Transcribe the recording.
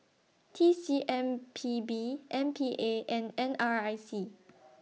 T C M P B M P A and N R I C